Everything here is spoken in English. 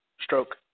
stroke